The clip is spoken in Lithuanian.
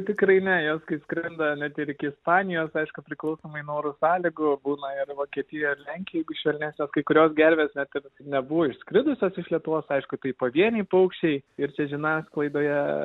tikrai ne jos kai skrenda net ir iki ispanijos aišku priklausomai nuo oro sąlygų būna ir vokietijoj ir lenkijoj jeigu švelnesnės kai kurios gervės net ir nebuvo išskridusios iš lietuvos aišku tai pavieniai paukščiai ir čia žiniasklaidoje